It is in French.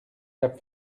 cap